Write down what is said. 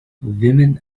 women